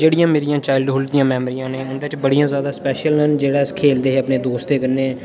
जेह्ड़ियां मेरियां चाइल्डहुड दियां मैमरियां न उं'दे च बड़ियां ज्यादा स्पैशल न जेह्ड़ा अस खेलदे हे अपने दोस्तें कन्नै